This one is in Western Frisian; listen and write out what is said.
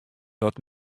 dat